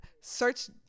search